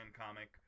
comic